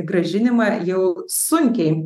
grąžinimą jau sunkiai